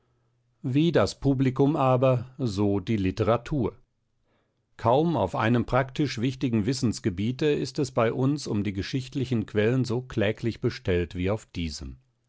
wie das publikum aber so die literatur kaum auf einem praktisch wichtigen wissensgebiete ist es bei uns um die geschichtlichen quellen so kläglich bestellt wie auf diesem